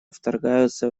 вторгаются